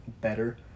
better